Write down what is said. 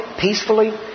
Peacefully